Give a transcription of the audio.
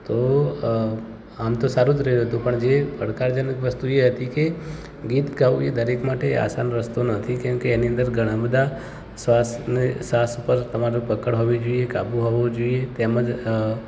તો આમ તો સારું જ રહ્યું હતું પણ જે પડકારજનક વસ્તુ એ હતી કે ગીત ગાવું એ દરેક માટે આસાન રસ્તો નથી કેમકે એની અંદર ઘણા બધા શ્વાસને શ્વાસ પર તમારી પકડ હોવી જોઈએ કાબૂ હોવો જોઈએ તેમજ